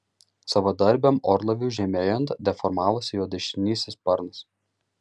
savadarbiam orlaiviui žemėjant deformavosi jo dešinysis sparnas